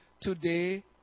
today